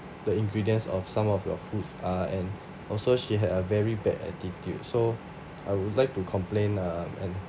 the ingredients of some of your foods are and also she had a very bad attitude so I would like to complain um and